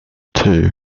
two